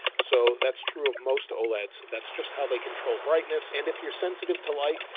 so that's true of most oleds. that's just how they control brightness. and if you're sensitive to light,